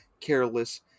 careless